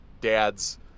dad's